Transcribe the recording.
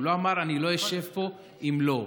הוא לא אמר: אני לא אשב פה אם לא,